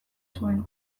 zuen